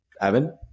Evan